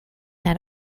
had